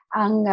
ang